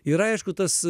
ir aišku tas